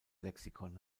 lexikon